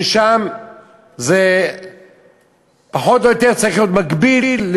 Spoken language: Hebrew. ששם זה צריך להיות מקביל פחות או יותר